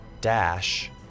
dash